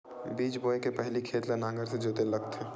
बीज बोय के पहिली खेत ल नांगर से जोतेल लगथे?